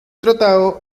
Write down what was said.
tratado